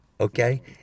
Okay